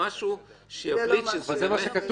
משהו שיבליט שזה --- אבל זה מה שכתוב.